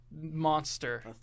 monster